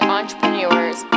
Entrepreneurs